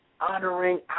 honoring